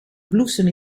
bloesem